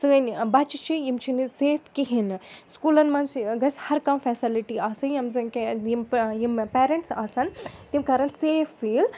سٲنۍ بَچہِ چھِ یِم چھِنہٕ سیف کِہیٖنۍ نہٕ سکوٗلَن منٛز چھِ گژھِ ہَر کانٛہہ فٮ۪سَلٹی آسٕنۍ یِم زَن کیٚنٛہہ یِم یِم پٮ۪رَنٛٹٕس آسَن تِم کَرَن سیف فیٖل